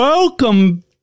Welcome